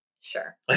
Sure